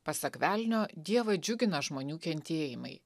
pasak velnio dievą džiugina žmonių kentėjimai